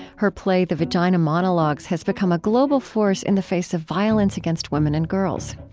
her play, the vagina monologues, has become a global force in the face of violence against women and girls.